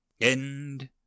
End